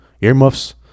earmuffs